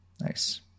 Nice